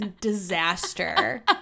disaster